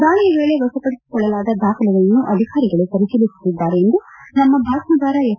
ದಾಳಿಯ ವೇಳೆ ವಶಪಡಿಸಿಕೊಳ್ಳಲಾದ ದಾಖಲೆಗಳನ್ನು ಅಧಿಕಾರಿಗಳು ಪರಿಶೀಲಿಸುತ್ತಿದ್ದಾರೆ ಎಂದು ನಮ್ಮ ಬಾತ್ಮೀದಾರ ಎಚ್